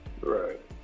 Right